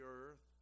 earth